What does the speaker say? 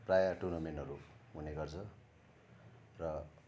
प्राय टुर्नामेन्टहरू हुने गर्छ र